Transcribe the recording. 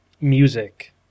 music